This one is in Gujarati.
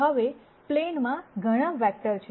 હવે પ્લેનમાં ઘણા વેક્ટર છે